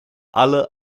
alle